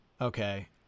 okay